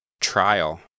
Trial